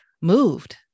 moved